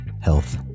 health